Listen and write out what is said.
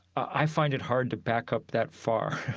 i find it hard to back up that far.